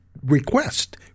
request